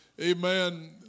amen